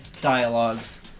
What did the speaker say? dialogues